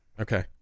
Okay